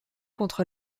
contre